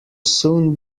soon